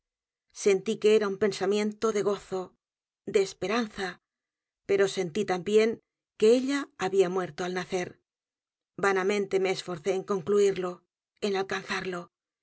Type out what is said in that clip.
sentí que era un pensamiento de gozo de e s p e r a n z a pero sentí también que ella había muerto al nacer vanamente me esforzó en concluirlo en alcanzarlo mi largo